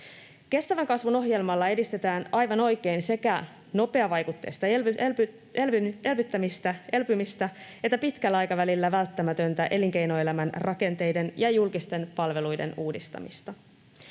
Kestävän kasvun ohjelmalla edistetään aivan oikein sekä nopeavaikutteista elpymistä että pitkällä aikavälillä välttämätöntä elinkeinoelämän rakenteiden ja julkisten palveluiden uudistamista.